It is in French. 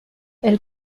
elle